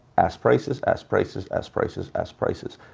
ask prices, ask prices, ask prices, ask prices.